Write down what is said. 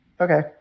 okay